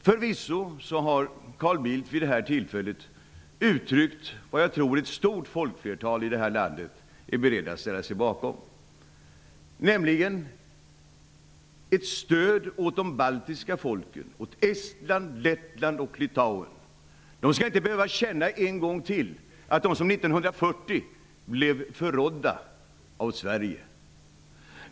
Förvisso uttryckte Carl Bildt vid detta tillfälle något som jag tror att ett stort folkflertal i detta land är berett att ställa sig bakom, nämligen ett stöd åt de baltiska folken, åt Estland, Lettland och Litauen. De skall inte än en gång behöva känna att de, liksom 1940, blir förrådda av Sverige.